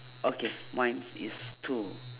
okay mine's is two